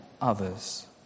others